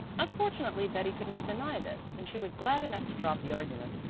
unfortunately betty could not deny this, and she was glad enough to drop the argument.